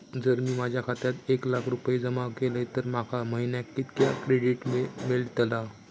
जर मी माझ्या खात्यात एक लाख रुपये जमा केलय तर माका महिन्याक कितक्या क्रेडिट मेलतला?